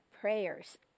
prayers